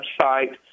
website